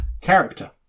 character